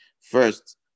first